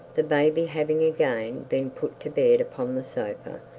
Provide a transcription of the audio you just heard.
the baby having again been put to bed upon the sofa,